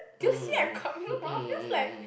do you see I'm coming from just like